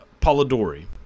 Polidori